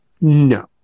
No